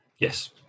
Yes